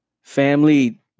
Family